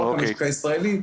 לא רק המשק הישראלי,